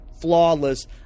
flawless